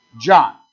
John